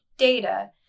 data